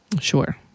Sure